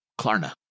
Klarna